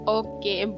okay